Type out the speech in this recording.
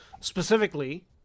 specifically